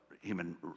human